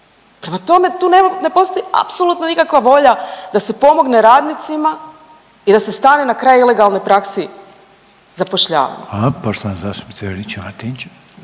Prema tome, tu nema, ne postoji apsolutno nikakva volja da se pomogne radnicima i da se stane na kraj ilegalnoj praksi zapošljavanja. **Reiner, Željko